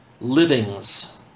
livings